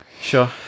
Sure